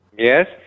Yes